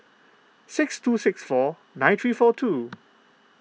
six two six four nine three four two